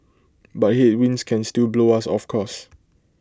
but headwinds can still blow us of course